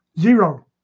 Zero